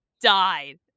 died